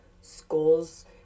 Schools